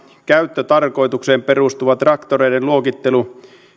käyttötarkoitukseen perustuva traktoreiden luokittelu